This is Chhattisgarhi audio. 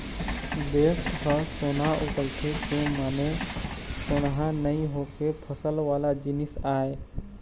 देस ह सोना उगलथे के माने सोनहा नइ होके फसल वाला जिनिस आय